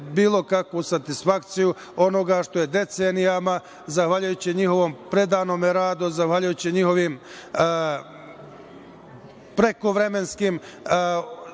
bilo kakvu satisfakciju onoga što je decenijama, zahvaljujući njihovom predanom radu, zahvaljujući njihovim prekovremenim